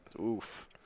Oof